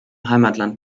heimatland